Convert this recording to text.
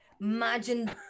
Imagine